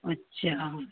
अच्छा